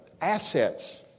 assets